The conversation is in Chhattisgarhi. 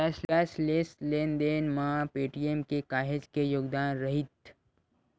कैसलेस लेन देन म पेटीएम के काहेच के योगदान रईथ